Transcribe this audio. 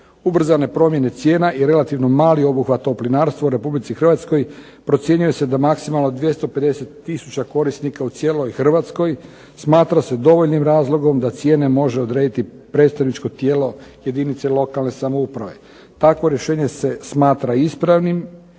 Ubrzane promjene cijena i relativno mali obuhvat toplinarstva u Republici Hrvatskoj procjenjuje se do maksimalno 250 tisuća korisnika u cijeloj Hrvatskoj, smatra se dovoljnim razlogom da cijene može odrediti predstavničko tijelo jedinice lokalne samouprave. Takvo rješenje se smatra ispravnim,